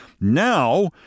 Now